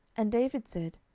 and david said,